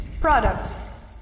products